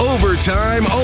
Overtime